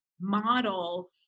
model